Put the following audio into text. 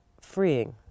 freeing